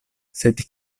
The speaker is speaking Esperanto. sed